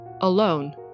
alone